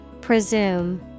Presume